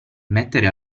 mettere